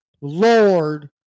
Lord